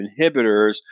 inhibitors